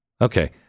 Okay